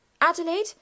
Adelaide